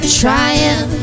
trying